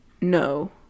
no